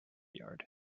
yard